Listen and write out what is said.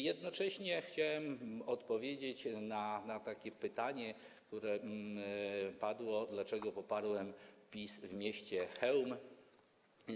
Jednocześnie chciałem odpowiedzieć na takie pytanie, które padło, dlaczego poparłem PiS w mieście Chełmie.